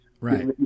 Right